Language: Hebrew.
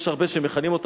יש הרבה שמכנים אותו,